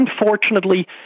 unfortunately